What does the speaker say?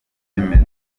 babyemeza